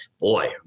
Boy